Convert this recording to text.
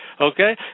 okay